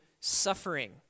suffering